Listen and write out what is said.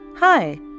Hi